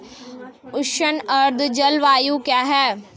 उष्ण आर्द्र जलवायु क्या है?